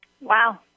Wow